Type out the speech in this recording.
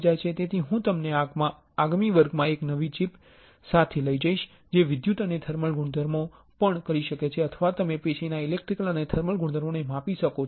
તેથી હું તમને આગામી વર્ગમાં એક નવી ચિપ સાથે લઇ જઇશ જે વિદ્યુત અને થર્મલ ગુણધર્મો પણ કરી શકે છે અથવા તમે પેશીના ઇલેક્ટ્રિકલ અને થર્મલ ગુણધર્મોને માપી શકો છો